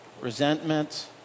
resentment